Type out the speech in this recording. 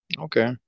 Okay